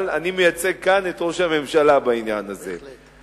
אבל אני מייצג כאן את ראש הממשלה בעניין הזה,